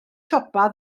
siopa